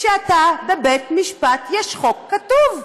כשאתה בבית משפט יש חוק כתוב,